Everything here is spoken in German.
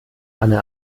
anne